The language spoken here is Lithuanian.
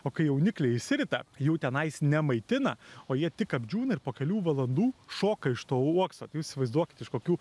o kai jaunikliai išsirita jų tenais nemaitina o jie tik apdžiūna ir po kelių valandų šoka iš to uokso tai jūs įsivaizduokit iš kokių